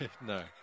No